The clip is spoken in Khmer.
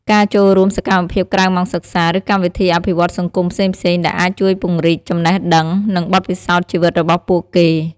ការចូលរួមសកម្មភាពក្រៅម៉ោងសិក្សា ឬកម្មវិធីអភិវឌ្ឍន៍សង្គមផ្សេងៗ ដែលអាចជួយពង្រីកចំណេះដឹង និងបទពិសោធន៍ជីវិតរបស់ពួកគេ។